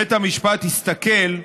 בית המשפט הסתכל,